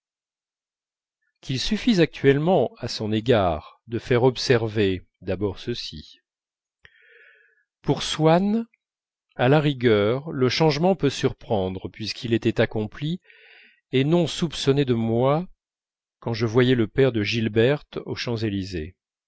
qu'il suffise actuellement à son égard de faire observer ceci pour swann à la rigueur le changement peut surprendre puisqu'il était accompli et non soupçonné de moi quand je voyais le père de gilberte aux champs-élysées